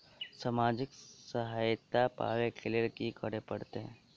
सामाजिक सहायता पाबै केँ लेल की करऽ पड़तै छी?